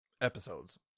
episodes